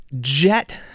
jet